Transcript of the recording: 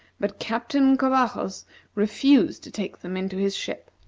but captain covajos refused to take them into his ship.